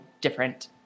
different